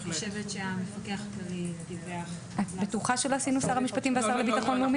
את ביטוחה שלא קבענו שר המשפטים והשר לביטחון לאומי?